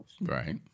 Right